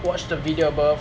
watch the video above